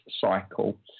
cycle